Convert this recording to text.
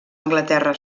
anglaterra